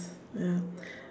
ya